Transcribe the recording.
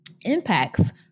impacts